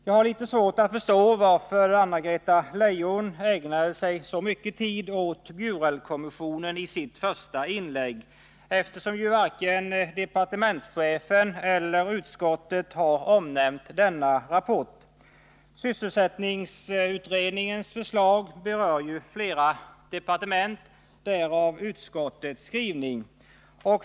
Jag har litet svårt att förstå varför Anna-Greta Leijon i sitt första inlägg ägnade så mycken tid åt Bjurelkommissionen, då varken departementschefen eller utskottet har omnämnt denna rapport. Sysselsättningsutredningens förslag berör ju flera departement — därav utskottets skrivning.